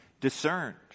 discerned